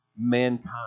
Mankind